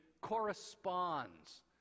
corresponds